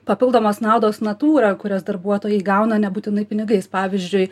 papildomos naudos natūra kurias darbuotojai gauna nebūtinai pinigais pavyzdžiui